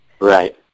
right